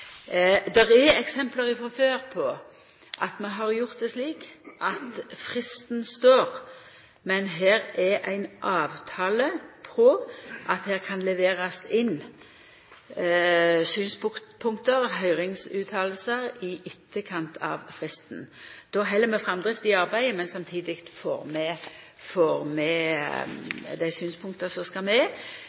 eksempel frå før på at vi har gjort det slik at fristen står, men her er det ein avtale om at det kan leverast inn synspunkt og høyringsuttaler i etterkant av fristen. Då held vi framdrifta i arbeidet, mens vi samtidig får med dei synspunkta som skal med